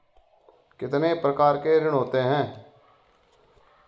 कितने प्रकार के ऋण होते हैं?